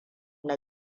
na